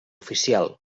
oficial